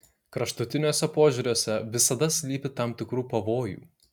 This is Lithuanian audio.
kraštutiniuose požiūriuose visada slypi tam tikrų pavojų